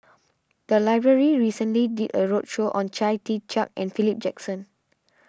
the library recently did a roadshow on Chia Tee Chiak and Philip Jackson